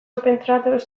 opentrad